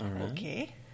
Okay